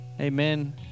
amen